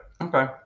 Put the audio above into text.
okay